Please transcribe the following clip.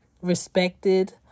respected